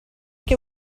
che